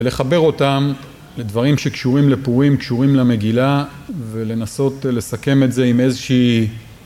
ולחבר אותם לדברים שקשורים לפורים קשורים למגילה, ולנסות לסכם את זה עם איזושהי